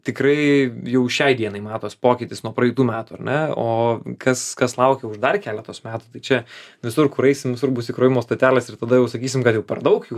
tikrai jau šiai dienai matos pokytis nuo praeitų metų ar na o kas kas laukia už dar keletos metų tai čia visur kur eisim visur bus įkrovimo stotelės ir tada jau sakysim kad jau per daug jūsų